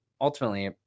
ultimately